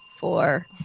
four